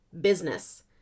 business